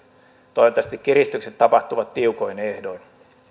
toivottavasti kiristykset tapahtuvat tiukoin ehdoin